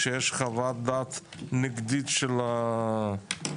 כשיש חוות דעת נגדית של נתיב,